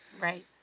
Right